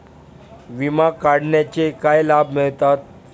विमा काढण्याचे काय लाभ मिळतात?